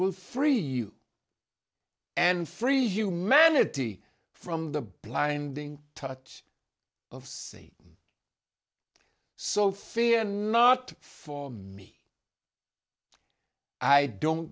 will free you and free humanity from the blinding touch of sea so fear not for me i don't